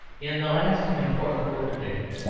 in the last important work of dickens,